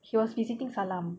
he was visiting salam